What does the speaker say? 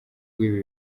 w’ibi